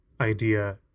idea